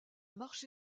marché